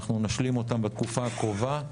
אנחנו נשלים אותם בתקופה הקרובה.